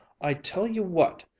i tell you what,